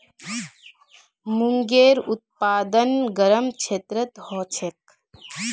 मूंगेर उत्पादन गरम क्षेत्रत ह छेक